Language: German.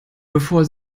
bevor